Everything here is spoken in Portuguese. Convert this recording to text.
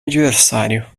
adversário